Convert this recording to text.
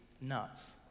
nuts